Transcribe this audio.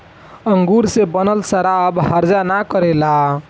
अंगूर से बनल शराब हर्जा ना करेला